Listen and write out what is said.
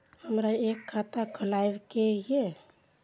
हमरा एक खाता खोलाबई के ये?